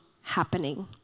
happening